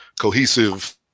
cohesive